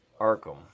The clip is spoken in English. Arkham